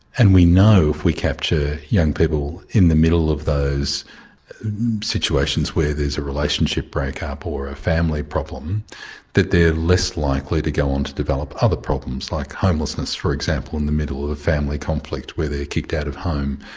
and we know if we capture young people in the middle of those situations where there's a relationship breakup or a family problem that they are less likely to go on to develop other problems like homelessness for example in the middle of a family conflict where they are kicked out of home.